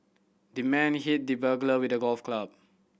the man hit the burglar with a golf club